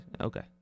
Okay